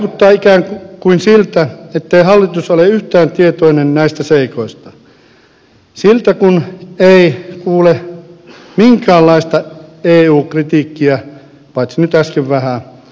vaikuttaa ikään kuin siltä ettei hallitus ole yhtään tietoinen näistä seikoista siltä kun ei kuule minkäänlaista eu kritiikkiä paitsi nyt äsken vähän